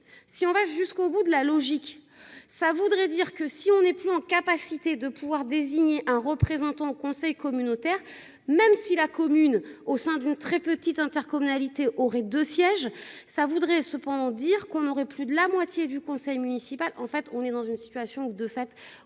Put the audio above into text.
si on va jusqu'au bout de la logique, ça voudrait dire que si on n'est plus en capacité de pouvoir désigner un représentant au conseil communautaire. Même si la commune au sein de très petites intercommunalités aurait de sièges ça voudrait cependant dire qu'on aurait plus de la moitié du conseil municipal. En fait on est dans une situation de fait on a des démissions en masse